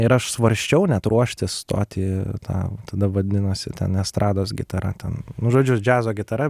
ir aš svarsčiau net ruoštis stot į tą tada vadinosi ten estrados gitara ten nu žodžiu džiazo gitara